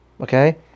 Okay